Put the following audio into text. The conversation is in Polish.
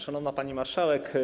Szanowna Pani Marszałek!